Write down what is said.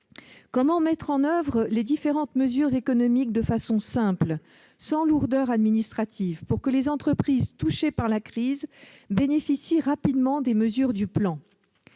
Comment mettre en oeuvre les différentes les mesures économiques de façon simple, sans lourdeurs administratives, pour que les entreprises touchées par la crise en bénéficient rapidement ? Quelle